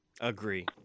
Agree